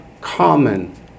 common